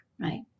right